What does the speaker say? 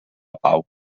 pau